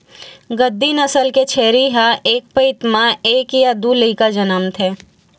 गद्दी नसल के छेरी ह एक पइत म एक य दू लइका जनमथे